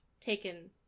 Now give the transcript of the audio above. taken